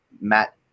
Matt